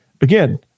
again